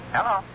Hello